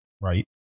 Right